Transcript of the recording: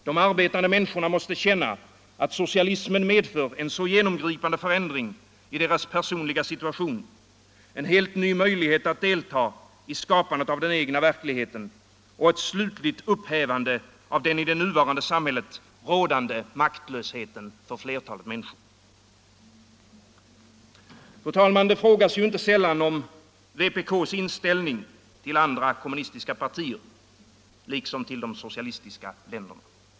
De arbetande människorna måste känna att socialismen medför en genomgripande förändring i deras personliga situation och en helt ny möjlighet att delta i skapandet av den egna verkligheten samt ett slutligt upphävande av den i det nuvarande samhället rådande maktlösheten för flertalet människor. Det frågas inte sällan om vpk:s inställning till andra kommunistpartier, liksom till de socialistiska länderna.